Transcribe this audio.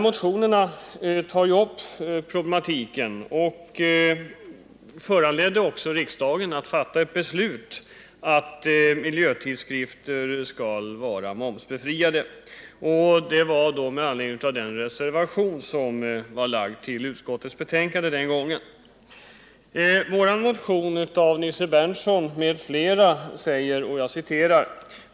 Motionerna tog upp den här problematiken och de föranledde också riksdagen att fatta ett beslut att miljötidskrifter skall vara momsbefriade. Det skedde med anledning av den reservation som var fogad till utskottets betänkande den gången.